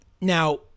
Now